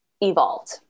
evolved